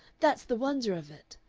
that's the wonder of it.